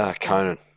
Conan